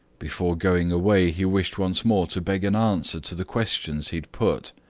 before going away he wished once more to beg an answer to the questions he had put.